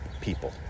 people